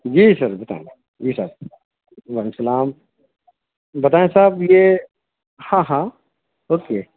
جی sir بتائیں جی sir وعلیکم السلام بتائیں صاحب یہ ہاں ہاں اوکے